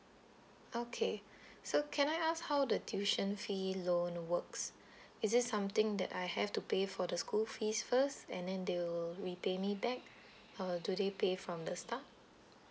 okay so can I ask how the tuition fee loan works is it something that I have to pay for the school fees first and then they will repay me back or do they pay from the start